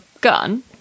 gun